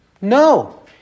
No